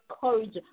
courage